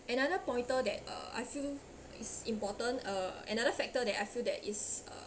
another pointer that uh I feel it's important uh another factor that I feel that is uh